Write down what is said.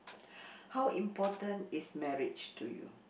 how important is marriage to you